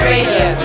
Radio